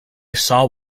saw